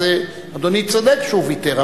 אז אדוני צודק שהוא ויתר.